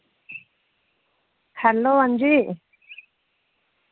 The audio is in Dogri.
हैल्लो हांजी